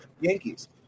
Yankees